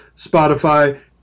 Spotify